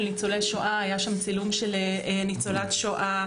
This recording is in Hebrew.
ניצולי שעה והיה שם צילום של ניצולת שואה,